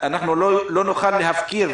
אנחנו לא נוכל להפקיר,